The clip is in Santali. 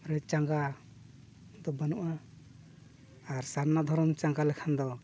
ᱨᱮ ᱪᱟᱸᱜᱟ ᱫᱚ ᱵᱟᱹᱱᱩᱜᱼᱟ ᱟᱨ ᱥᱟᱨᱱᱟ ᱫᱷᱚᱨᱚᱢ ᱪᱟᱸᱜᱟ ᱞᱮᱠᱷᱟᱱ ᱫᱚ